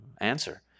answer